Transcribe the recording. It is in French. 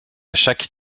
chaque